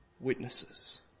witnesses